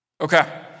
Okay